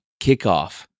kickoff